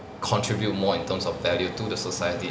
contribute more in terms of value to the society